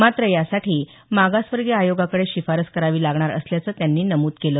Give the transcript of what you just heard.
मात्र यासाठी मागासवर्गीय आयोगाकडे शिफारस करावी लागणार असल्याचं त्यांनी नमूद केलं